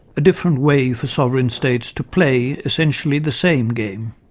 a different way for sovereign states to play essentially the same game.